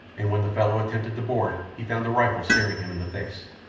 and when the fellow attempted to board he found a rifle staring him in the face.